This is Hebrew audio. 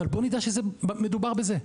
אבל בוא נדע שמדובר בזה.